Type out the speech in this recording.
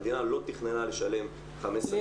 המדינה לא תכננה לשלם 15 מיליארד שקל.